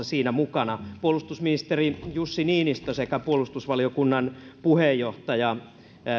siinä mukana puolustusministeri jussi niinistö sekä puolustusvaliokunnan puheenjohtaja